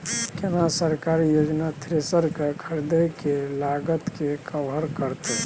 केना सरकारी योजना थ्रेसर के खरीदय के लागत के कवर करतय?